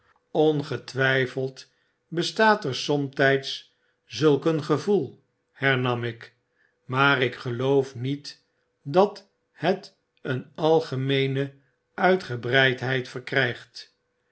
ongetwijfeld bestaat er somtgds zulk een gevoel hernam ik maar ik geloof niet dat het een algemeene uitgebreidheid verkrijgt